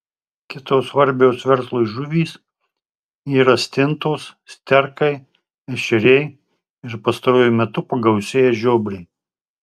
kitos svarbios verslui žuvys yra stintos sterkai ešeriai ir pastaruoju metu pagausėję žiobriai